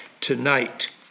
tonight